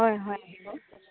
হয় হয় আহিব